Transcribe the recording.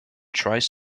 tries